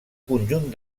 conjunt